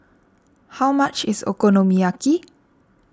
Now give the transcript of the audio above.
how much is Okonomiyaki